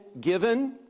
given